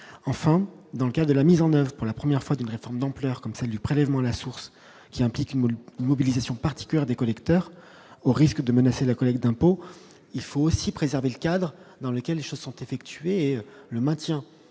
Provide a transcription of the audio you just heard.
enfin dans le cas de la mise en oeuvre, pour la première fois d'une réforme d'ampleur comme celle du prélèvement à la source, qui implique une bonne mobilisation particulière des collecteurs, au risque de menacer la collecte d'impôts, il faut aussi préserver le cadre dans lequel les choses sont effectués et le maintien